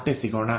ಮತ್ತೆ ಸಿಗೋಣ